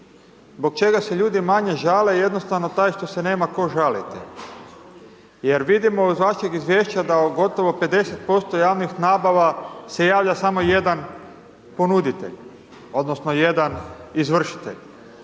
zbog čega se ljudi manje žale jednostavno taj što se nema tko žaliti jer vidimo iz vašeg izvješća da gotovo 50% javnih nabava se javlja samo jedan ponuditelj odnosno jedan izvršitelj